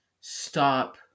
Stop